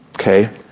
Okay